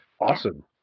Awesome